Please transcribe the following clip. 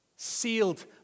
Sealed